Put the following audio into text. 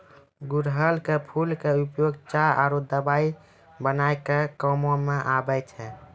गुड़हल के फूल के उपयोग चाय आरो दवाई बनाय के कामों म आबै छै